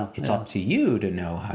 it's up to you to know how.